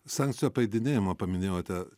sankcijų apeidinėjimą paminėjote